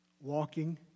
walking